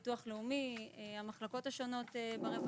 הביטוח הלאומי והמחלקות השונות ברווחה.